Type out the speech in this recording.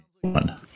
one